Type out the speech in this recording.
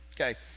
okay